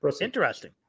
Interesting